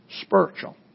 spiritual